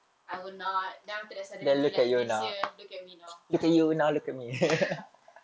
I will not then after that suddenly like this year look at me now